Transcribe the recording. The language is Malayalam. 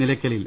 നിലയ്ക്കലിൽ